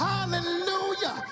Hallelujah